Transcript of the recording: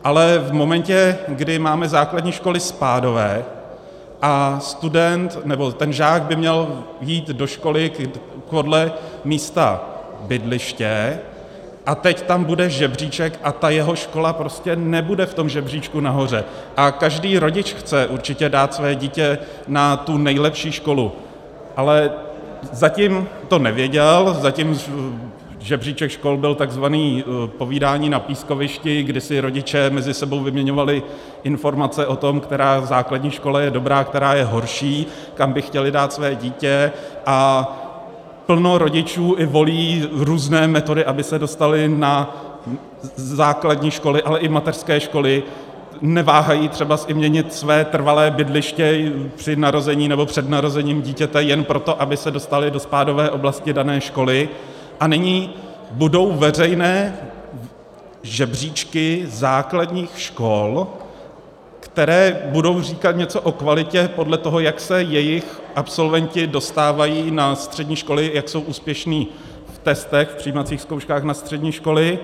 Ale v momentě, kdy máme základní školy spádové a student nebo ten žák by měl jít do školy podle místa bydliště, a teď tam bude žebříček a ta jeho škola prostě nebude v tom žebříčku nahoře, a každý rodič chce určitě dát svoje dítě na tu nejlepší školu, ale zatím to nevěděl, zatím žebříček škol byl tzv. povídání na pískovišti, kdy si rodiče mezi sebou vyměňovali informace o tom, která základní škola je dobrá, která je horší, kam by chtěli dát svoje dítě, a plno rodičů i volí různé metody, aby se dostali na základní školy, ale i mateřské školy, neváhají třeba i měnit své trvalé bydliště při narození nebo před narozením dítěte jen proto, aby se dostali do spádové oblasti dané školy, a nyní budou veřejné žebříčky základních škol, které budou říkat něco o kvalitě, podle toho, jak se jejich absolventi dostávají na střední školy, jak jsou úspěšní v testech, v přijímacích zkouškách na střední školy.